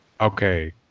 okay